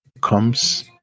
comes